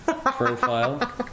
Profile